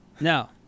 Now